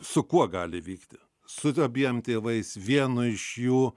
su kuo gali vykti su abiem tėvais vienu iš jų